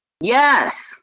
Yes